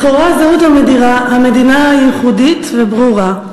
לכאורה זהות המדינה ייחודית וברורה.